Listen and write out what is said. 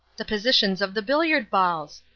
the positions of the billiard balls!